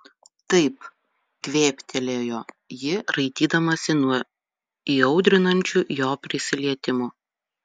taip kvėptelėjo ji raitydamasi nuo įaudrinančių jo prisilietimų